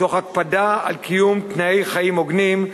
תוך הקפדה על קיום תנאי חיים הוגנים.